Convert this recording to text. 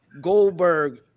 Goldberg